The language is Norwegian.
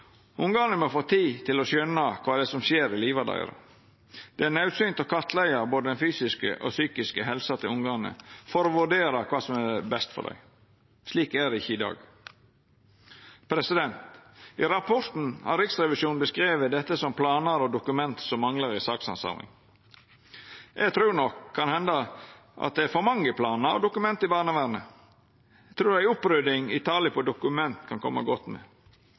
å skjøna kva det er som skjer i livet deira. Det er naudsynt å kartleggja både den fysiske og den psykiske helsa til ungane for å vurdera kva som er best for dei. Slik er det ikkje i dag. I rapporten har Riksrevisjonen beskrive dette som planar og dokument som manglar i sakshandsaminga. Eg trur kan hende det er for mange planar og dokument i barnevernet. Eg trur ei opprydding i talet på dokument kan koma godt med.